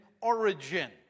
origin